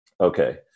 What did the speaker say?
Okay